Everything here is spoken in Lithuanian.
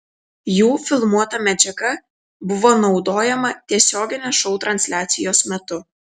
jų filmuota medžiaga buvo naudojama tiesioginės šou transliacijos metu